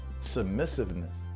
submissiveness